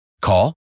Call